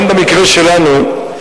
גם במקרה שלנו,